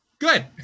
Good